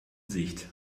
sicht